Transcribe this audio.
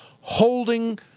holding